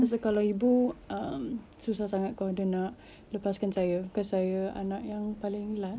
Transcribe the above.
pasal kalau ibu um susah sangat kalau dia nak lepaskan saya cause saya anak yang paling last